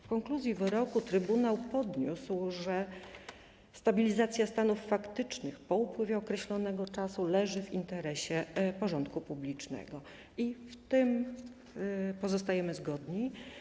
W konkluzji wyroku Trybunał podniósł, że stabilizacja stanów faktycznych po upływie określonego czasu leży w interesie porządku publicznego i w tym pozostajemy zgodni.